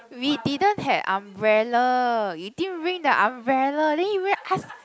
we didn't had umbrella we didn't bring the umbrella then you go and ask